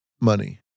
money